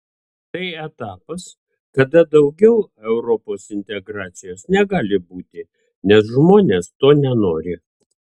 tai etapas kada daugiau europos integracijos negali būti nes žmonės to nenori